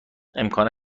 امکان